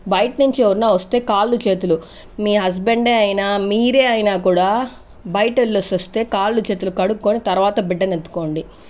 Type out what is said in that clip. బయట నుంచి ఎవరైనా వస్తే కాళ్లు చేతులు మీ హస్బెండ్ అయినా మీరే అయినా కూడా బయట వెళ్లేసి వస్తే కాళ్లు చేతులు కడుక్కుని తర్వాత బిడ్డని ఎత్తుకోండి